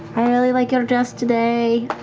really like your dress today.